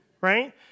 Right